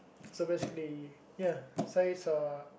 so basically ya Zaid are